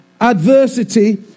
adversity